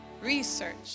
research